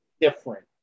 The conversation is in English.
different